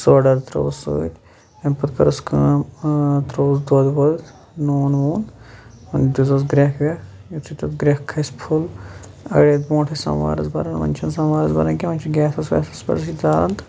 سوڈَر ترٲوٕس سۭتۍ امہ پَتہٕ کٔرٕس کٲم ترووُس دۄد وۄد نوٗن ووٗن دِژٕس گریٚکھ ویٚکھ یُتھے تَتھ گریٚکھ کھَسہِ فُل أڑۍ ٲسۍ بونٛٹھ ٲسۍ سَموارَس بَران وۄنۍ چھِ نہٕ سَموارَس بَران کینٛہہ وۄنۍ چھِ گیسَس ویسَس پٮ۪ٹھٕے زالان